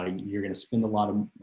ah you're going to spend a lot of